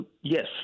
Yes